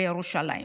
בירושלים.